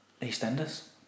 EastEnders